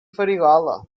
farigola